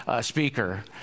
speaker